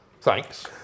Thanks